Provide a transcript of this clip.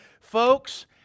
Folks